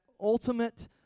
ultimate